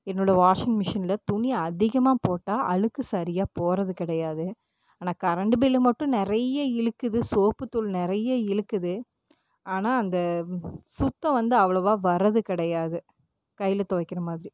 என்னோடய வாஷிங் மிஷினில் துணி அதிகமாக போட்டால் அழுக்கு சரியா போகிறது கிடையாது ஆனால் கரண்ட்டு பில்லு மட்டும் நிறைய இழுக்குது சோப்பு தூள் நிறைய இழுக்குது ஆனால் அந்த சுத்தம் வந்து அவ்ளோவா வரது கிடையாது கையில் துவைக்கிற மாதிரி